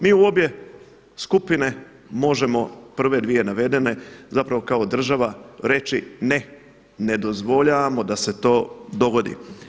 Mi u obje skupine možemo prve dvije navedene, zapravo kao država reći ne, ne dozvoljavamo da se to dogodi.